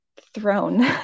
thrown